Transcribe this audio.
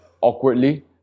awkwardly